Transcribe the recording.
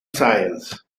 sciences